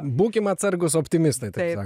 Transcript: būkime atsargūs optimistai t y